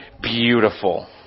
beautiful